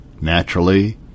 naturally